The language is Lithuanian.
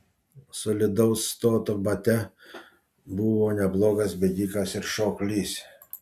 solidaus stoto batia buvo neblogas bėgikas ir šoklys